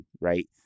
right